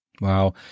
Wow